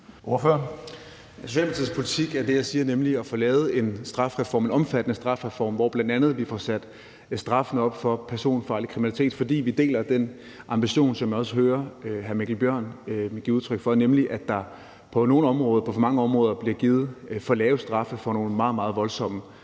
Socialdemokratiets politik er det, jeg siger, nemlig at få lavet en omfattende strafreform, hvor vi bl.a. får sat straffen op for personfarlig kriminalitet, fordi vi deler den ambition, som jeg også hører hr. Mikkel Bjørn give udtryk for, nemlig at der på nogle områder – på for mange områder – bliver givet for lave straffe for nogle meget, meget voldsomme